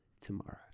tomorrow